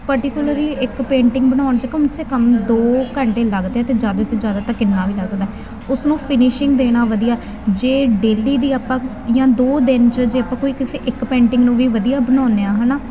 particularly ਇੱਕ painting ਬਣਾਉਣ 'ਚ ਕਮ ਸੇ ਕਮ ਦੋ ਘੰਟੇ ਲੱਗਦੇ ਅਤੇ ਜ਼ਿਆਦਾ ਤੋਂ ਜ਼ਿਆਦਾ ਤਾਂ ਕਿੰਨਾ ਵੀ ਲੱਗਦਾ ਉਸਨੂੰ ਫਿਨਿਸ਼ਿੰਗ ਦੇਣਾ ਵਧੀਆ ਜੇ ਡੇਲੀ ਦੀ ਆਪਾਂ ਜਾਂ ਦੋ ਦਿਨ 'ਚ ਜੇ ਆਪਾਂ ਕੋਈ ਕਿਸੇ ਇੱਕ ਪੈਂਟਿੰਗ ਨੂੰ ਵੀ ਵਧੀਆ ਬਣਾਉਂਦੇ ਹਾਂ ਹੈ ਨਾ